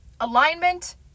alignment